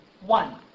one